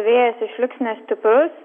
vėjas išliks nestiprus